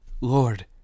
Lord